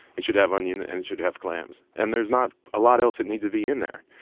it should have onion, and it should have clams and there's not a lot else that needs to be in there.